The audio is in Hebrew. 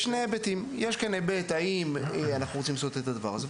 יש כאן שני היבטים: יש כאן היבט של האם אנחנו רוצים לעשות את הדבר הזה,